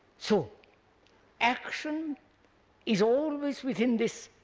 so action is always within this